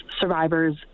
survivors